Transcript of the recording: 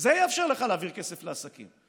זה יאפשר לך להעביר כסף לעסקים.